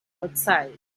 outside